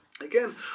Again